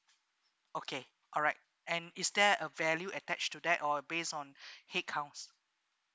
okay alright and is there a value attach to that or based on head counts